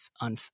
on